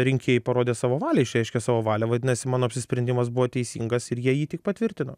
rinkėjai parodė savo valią išreiškė savo valią vadinasi mano apsisprendimas buvo teisingas ir jie jį tik patvirtino